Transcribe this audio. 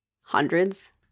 hundreds